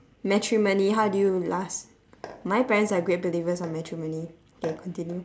matrimony how do you last my parents are great believers of matrimony okay continue